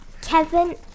Kevin